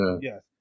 Yes